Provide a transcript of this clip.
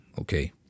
Okay